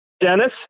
Dennis